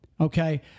Okay